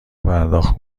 پرداخت